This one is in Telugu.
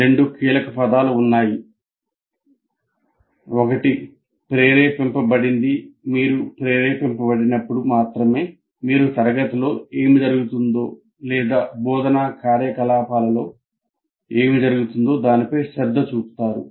రెండు కీలకపదాలు ఉన్నాయి ఒకటి ప్రేరేపించబడింది మీరు ప్రేరేపించబడినప్పుడు మాత్రమే మీరు తరగతిలో ఏమి జరుగుతుందో లేదా బోధనా కార్యకలాపాలలో ఏమి జరుగుతుందో దానిపై శ్రద్ధ చూపుతారు